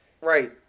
Right